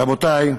רבותי,